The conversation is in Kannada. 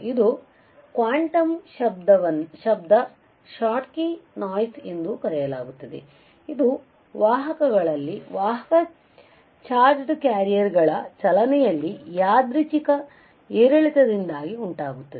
ಇದನ್ನು ಕ್ವಾಂಟಮ್ ಶಬ್ದ ಶಾಟ್ಕಿ ನಾಯ್ಸ್ಎಂದೂ ಕರೆಯಲಾಗುತ್ತದೆ ಇದು ವಾಹಕಗಳಲ್ಲಿ ವಾಹಕ ಚಾರ್ಜ್ಡ್ ಕ್ಯಾರಿಯರ್ಗಳ ಚಲನೆಯಲ್ಲಿ ಯಾದೃಚ್ಛಿಕ ಏರಿಳಿತಗಳಿಂದ ಉಂಟಾಗುತ್ತದೆ